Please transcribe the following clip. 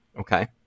Okay